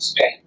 Okay